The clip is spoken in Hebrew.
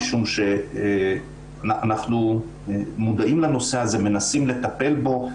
משום שאנחנו מודעים לנושא הזה ומנסים לטפל בו.